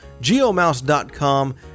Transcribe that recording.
geomouse.com